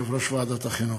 יושב-ראש ועדת החינוך,